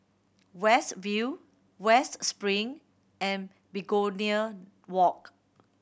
West View West Spring and Begonia Walk